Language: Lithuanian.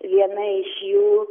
viena iš jų